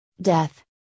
death